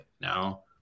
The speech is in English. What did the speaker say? now